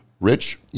rich